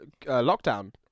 lockdown